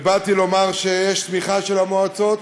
ובאתי לומר שיש תמיכה של המועצות,